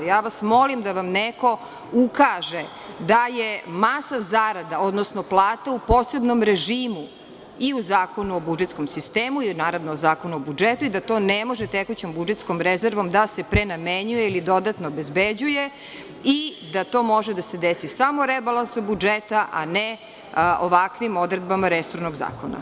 Molim vas, da vam neko ukaže da je masa zarada, odnosno plate u posebnom režimu i u Zakonu o budžetskom sistemu i naravno u Zakonu o budžetu i da to ne može tekućom budžetskom rezervom da se prenamenjuje ili dodatno obezbeđuje i da to može da se desi samo rebalansom budžeta, a ne ovakvim odredbama resornog zakona.